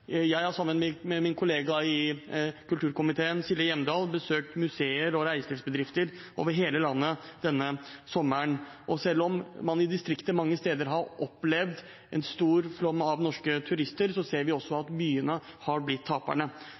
Jeg har sammen med min kollega i kulturkomiteen Silje Hjemdal besøkt museer og reiselivsbedrifter over hele landet denne sommeren, og selv om man i distriktene mange steder har opplevd en stor flom av norske turister, ser vi også at byene har blitt taperne.